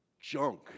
junk